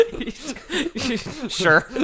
Sure